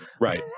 Right